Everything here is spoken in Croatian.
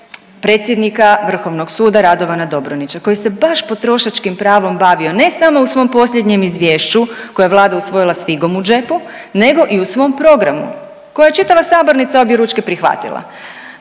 predsjednika Vrhovnog suda Radovana Dobronića koji se baš potrošačkim pravom bavio ne samo u svom posljednjem izvješću koje je Vlada usvojila sa figom u džepu, nego i u svom programu koje je čitava sabornica objeručke prihvatila,